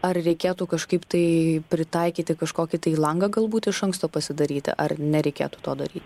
ar reikėtų kažkaip tai pritaikyti kažkokį tai langą galbūt iš anksto pasidaryti ar nereikėtų to daryt